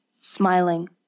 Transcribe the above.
smiling